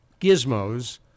gizmos